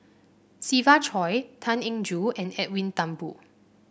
Siva Choy Tan Eng Joo and Edwin Thumboo